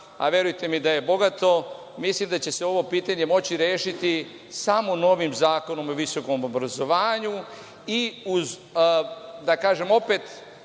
a verujte mi da je bogato, mislim da će se ovo pitanje moći rešiti samo novim Zakonom o visokom obrazovanju i uz, da kažem, potrebu